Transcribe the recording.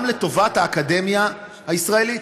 גם לטובת האקדמיה הישראלית.